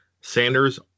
Sanders